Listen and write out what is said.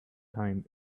time